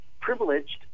privileged